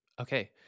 Okay